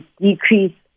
decrease